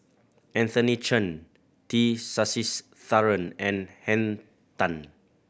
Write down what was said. Anthony Chen T Sasitharan and Henn Tan